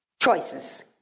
choices